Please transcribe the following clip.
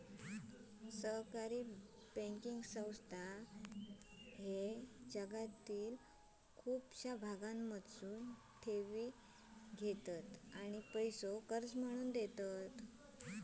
सहकारी बँकिंग संस्था जगातील बहुतेक भागांमधसून ठेवी घेतत आणि पैसो कर्ज म्हणून देतत